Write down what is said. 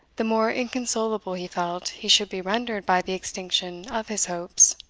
the more inconsolable he felt he should be rendered by the extinction of his hopes.